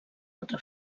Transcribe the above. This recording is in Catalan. altra